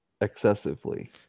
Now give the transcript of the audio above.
excessively